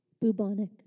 Bubonic